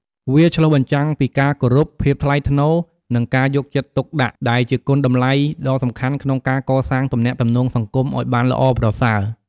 វាឆ្លុះបញ្ចាំងពីការគោរព ភាពថ្លៃថ្នូរ និងការយកចិត្តទុកដាក់ ដែលជាគុណតម្លៃដ៏សំខាន់ក្នុងការកសាងទំនាក់ទំនងសង្គមឱ្យបានល្អប្រសើរ។